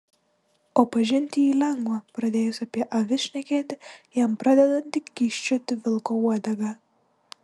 o pažinti jį lengva pradėjus apie avis šnekėti jam pradedanti kyščioti vilko uodega